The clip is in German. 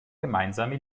gemeinsame